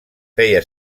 feia